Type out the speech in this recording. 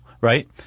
right